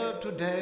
today